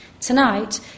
Tonight